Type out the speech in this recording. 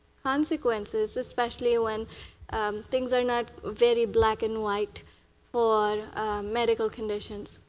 consequences, especially when things are not very black and white for medical conditions.